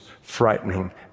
frightening